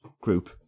group